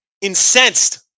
incensed